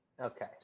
Okay